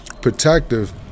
protective